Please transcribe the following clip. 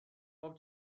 خوب